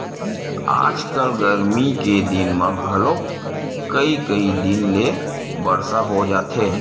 आजकल गरमी के दिन म घलोक कइ कई दिन ले बरसा हो जाथे